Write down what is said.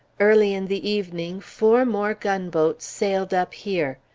early in the evening, four more gunboats sailed up here.